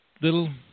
little